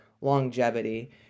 longevity